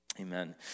Amen